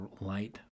light